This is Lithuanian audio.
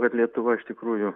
vat lietuva iš tikrųjų